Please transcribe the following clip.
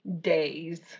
days